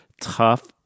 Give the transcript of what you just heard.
tough